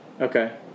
okay